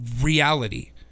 reality